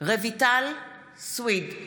רויטל סויד,